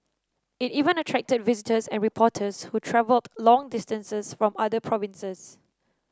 it even attracted visitors and reporters who travelled long distances from other provinces